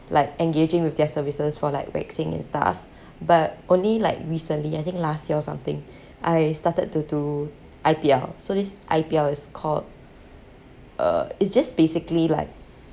like engaging with their services for like waxing and stuff but only like recently I think last year or something I started to do I_P_L so this I_P_L is called uh it's just basically like